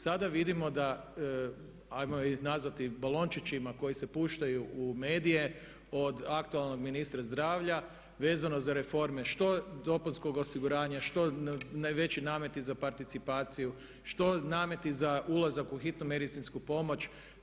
Sada vidimo da, ajmo ih nazvati balončićima koji se puštaju u medije od aktualnog ministra zdravlja vezano za reforme što dopunskog osiguranja što veći nameti za participaciju, što nameti za ulazak u hitnu medicinsku pomoć.